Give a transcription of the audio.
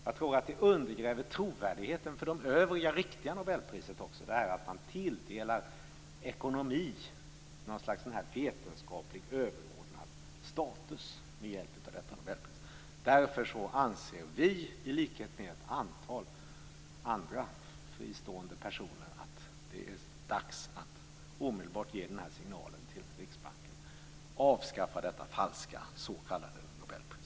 Jag tror att det undergräver trovärdigheten för de övriga nobelprisen att man tilldelar ekonomi något slags vetenskaplig, överordnad status med hjälp av detta nobelpris. Därför anser vi, i likhet med ett antal andra fristående personer, att det är dags att omedelbart ge den här signalen till Riksbanken: Avskaffa detta falska s.k. nobelpris!